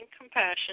compassion